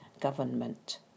government